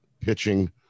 pitching